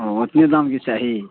ओ ओतने दामके चाही